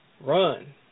Run